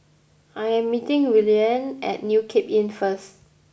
I am meeting Willene at New Cape Inn first